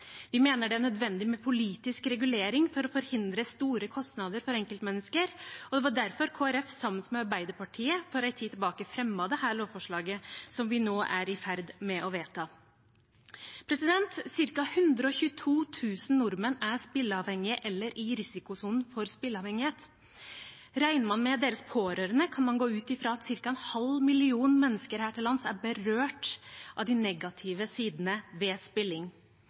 Vi mener det er nødvendig med politisk regulering for å forhindre store kostnader for enkeltmennesker. Det var derfor Kristelig Folkeparti, sammen med Arbeiderpartiet, for en tid tilbake fremmet dette lovforslaget vi nå er i ferd med å vedta. Cirka 122 000 nordmenn er spilleavhengige eller i risikosonen for spilleavhengighet. Regner man med deres pårørende, kan man gå ut fra at ca. en halv million mennesker her til lands er berørt av de negative sidene ved spilling,